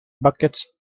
buckets